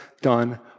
done